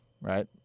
right